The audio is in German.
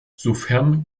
sofern